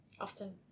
Often